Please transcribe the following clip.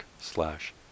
slash